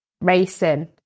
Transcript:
racing